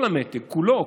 כל המתג כולו,